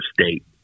state